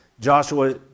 Joshua